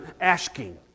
asking